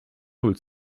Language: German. null